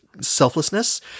selflessness